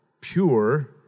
pure